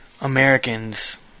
Americans